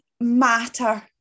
matter